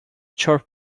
chirp